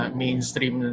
mainstream